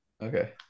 Okay